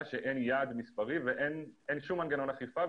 שאין יעד מספרי ואין שום מנגנון אכיפה,